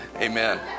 amen